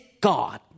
God